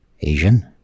Asian